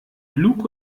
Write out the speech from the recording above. lug